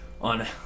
on